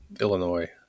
illinois